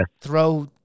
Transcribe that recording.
throw